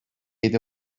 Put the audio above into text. yedi